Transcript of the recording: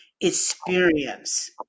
experience